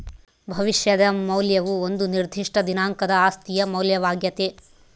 ಭವಿಷ್ಯದ ಮೌಲ್ಯವು ಒಂದು ನಿರ್ದಿಷ್ಟ ದಿನಾಂಕದ ಆಸ್ತಿಯ ಮೌಲ್ಯವಾಗ್ಯತೆ